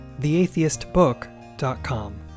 theatheistbook.com